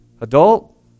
Adult